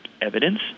evidence